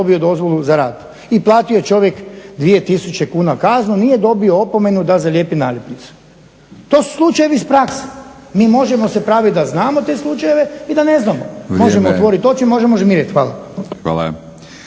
dobio dozvolu za rad i platio čovjek 2 tisuće kuna kaznu, nije dobio opomenu da zalijepi naljepnicu. To su slučajevi iz prakse. Mi se možemo praviti da znamo te slučajeve i da ne znamo. možemo otvoriti oči, možemo žmiriti. Hvala.